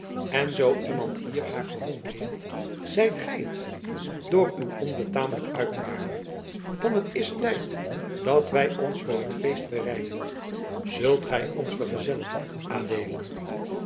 en zoo iemand hier haar gehoond heeft zijt gij het door uw onbetamelijk uitvaren dan het is tijd dat wij ons voor het feest bereiden zult gij ons vergezellen adeelen